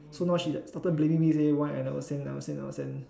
so now she like started blaming me already why I never send never send never send